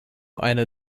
eine